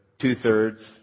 two-thirds